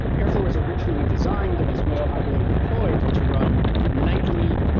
airflow was originally designed and is most popularly deployed to run nightly,